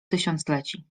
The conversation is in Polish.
tysiącleci